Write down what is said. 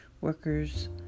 workers